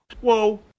whoa